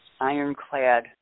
ironclad